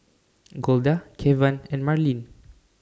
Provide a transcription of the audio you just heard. Golda Kevan and Marlene